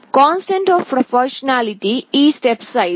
constant of proportionality ఈ step size